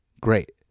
great